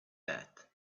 that